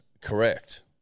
correct